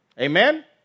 Amen